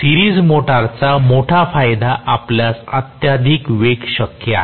series मोटारचा मोठा फायदा म्हणजे आपल्यास अत्यधिक वेग शक्य आहे